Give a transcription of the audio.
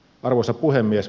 arvoisa puhemies